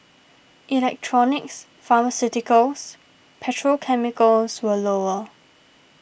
electronics pharmaceuticals petrochemicals were lower